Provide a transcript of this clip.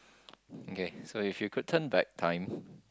okay so if you could turn back time